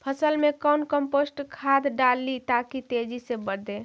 फसल मे कौन कम्पोस्ट खाद डाली ताकि तेजी से बदे?